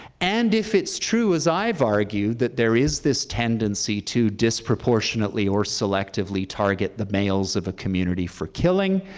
and if it's true, as i've argued, that there is this tendency to disproportionately or selectively target the males of a community for killing,